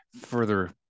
further